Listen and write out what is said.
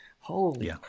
Holy